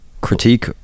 critique